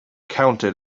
counted